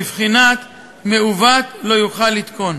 בבחינת מעוות לא יוכל לתקון.